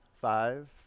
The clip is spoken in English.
five